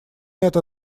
это